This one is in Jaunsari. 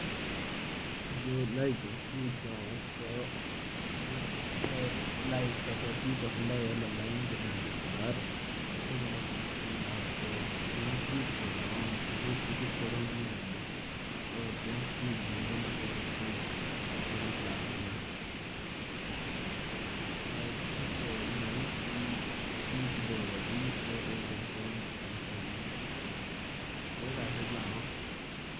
जैसे लाइट होगी तो अगर मैंने स्विच दबाया और सामने कोई लड़का तार को पकड़ कर बैठा है तो उसे करंट लगेगा।